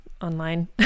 online